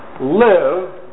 live